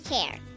care